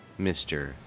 Mr